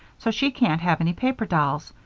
so she can't have any paper dolls,